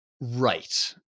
Right